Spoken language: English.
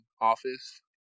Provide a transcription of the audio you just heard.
office